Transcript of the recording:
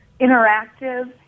interactive